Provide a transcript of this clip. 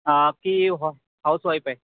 आ की हॉ हॉसवाईप आहे